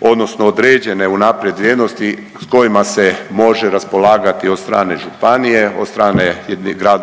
odnosno određene unaprijed vrijednosti s kojima se može raspolagati od strane županije, od strane